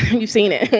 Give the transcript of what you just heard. you've seen it.